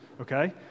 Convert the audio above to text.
okay